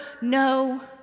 no